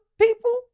people